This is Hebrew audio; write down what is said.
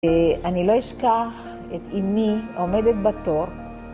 אני לא אשכח את אמי עומדת בתור.